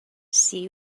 see